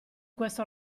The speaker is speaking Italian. questo